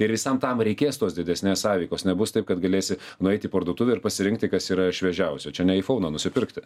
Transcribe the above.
ir visam tam reikės tos didesnės sąveikos nebus taip kad galėsi nueiti į parduotuvę ir pasirinkti kas yra šviežiausia čia ne į kauną nusipirkti